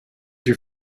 your